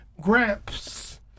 Gramps